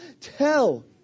Tell